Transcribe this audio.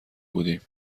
بودیم